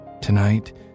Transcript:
tonight